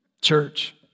Church